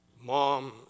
Mom